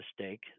mistake